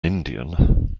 indian